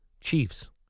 Chiefs